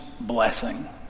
blessing